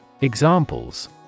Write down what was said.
Examples